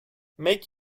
make